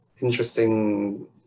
interesting